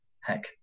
heck